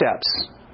steps